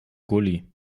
gully